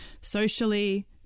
socially